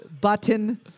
Button